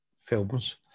films